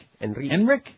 Enrique